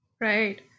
Right